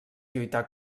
lluità